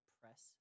press